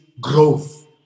growth